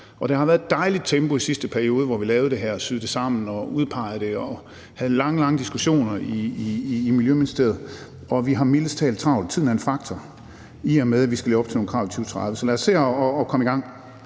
og der har været et dejligt tempo i den sidste periode, hvor vi lavede det her, syede det sammen, udpegede det og havde lange, lange diskussioner i Miljøministeriet, og vi har mildest talt travlt. For tiden er en faktor, i og med at vi skal leve op til nogle krav i 2030. Så lad os se at komme i gang.